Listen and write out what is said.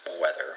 weather